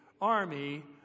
army